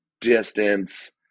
distance